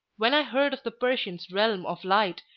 when i heard of the persian's realm of light,